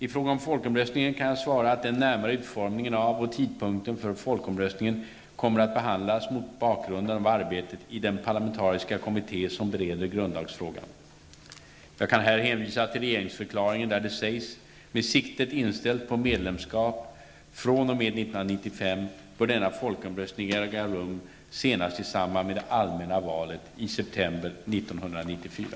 I fråga om folkomröstningen kan jag svara att den närmare utformningen av och tidpunkten för folkomröstningen kommer att behandlas mot bakgrund av arbetet i den parlamentariska kommitté som bereder grundlagsfrågan. Jag kan här hänvisa till regeringsförklaringen, där det sägs: ''Med siktet inställt på medlemskap fr.o.m. 1995 bör denna folkomröstning äga rum senast i samband med det allmänna valet i september 1994.''